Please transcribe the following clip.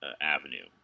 avenue